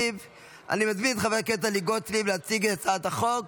הטרומית ותעבור לדיון בוועדת הפנים והגנת הסביבה לצורך הכנתה